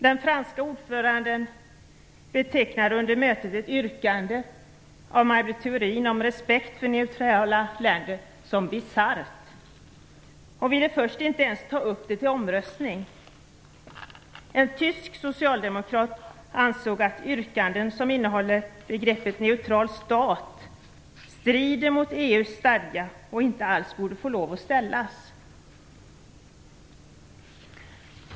Den franska ordföranden betecknade under mötet ett yrkande av Maj Britt Theorin om respekt för neutrala länder som "bisarrt" och ville först inte ens ta upp det till omröstning. En tysk socialdemokrat ansåg att yrkanden som innehåller begreppet "neutral stat" strider mot EU:s stadga och inte alls borde få lov att ställas.